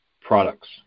products